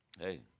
Hey